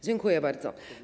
Dziękuję bardzo.